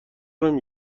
نمی